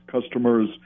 customers